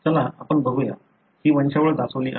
चला आपण बघूया ही वंशावळ दाखवली आहे